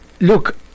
Look